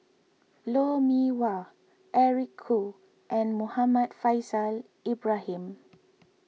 Lou Mee Wah Eric Khoo and Muhammad Faishal Ibrahim